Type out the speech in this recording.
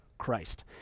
Christ